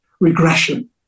regression